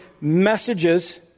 messages